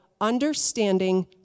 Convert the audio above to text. understanding